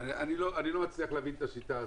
אני לא מצליח להבין את השיטה הזאת.